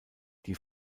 die